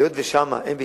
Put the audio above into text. היות ששם אין בחירות,